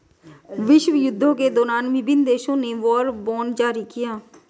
विश्वयुद्धों के दौरान विभिन्न देशों ने वॉर बॉन्ड जारी किया